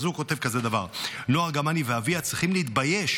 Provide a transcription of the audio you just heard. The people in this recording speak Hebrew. אז הוא כותב כזה דבר: "נועה ארגמני ואביה צריכים להתבייש